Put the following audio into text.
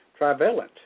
trivalent